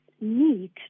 need